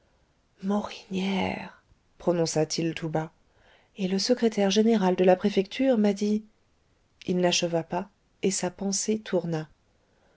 morinière prononça-t-il tout bas et le secrétaire général de la préfecture m'a dit il n'acheva pas et sa pensée tourna